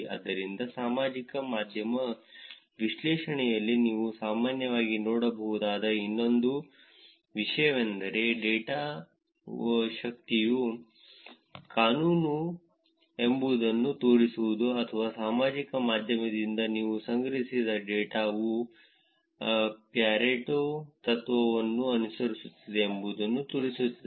ಆದ್ದರಿಂದ ಸಾಮಾಜಿಕ ಮಾಧ್ಯಮ ವಿಶ್ಲೇಷಣೆಯಲ್ಲಿ ನೀವು ಸಾಮಾನ್ಯವಾಗಿ ನೋಡಬಹುದಾದ ಇನ್ನೊಂದು ವಿಷಯವೆಂದರೆ ಡೇಟಾವು ಶಕ್ತಿಯ ಕಾನೂನು ಎಂಬುದನ್ನು ತೋರಿಸುವುದು ಅಥವಾ ಸಾಮಾಜಿಕ ಮಾಧ್ಯಮದಿಂದ ನೀವು ಸಂಗ್ರಹಿಸಿದ ಡೇಟಾವು ಪ್ಯಾರೆಟೊ ತತ್ವವನ್ನು ಅನುಸರಿಸುತ್ತದೆ ಎಂಬುದನ್ನು ತೋರಿಸುತ್ತದೆ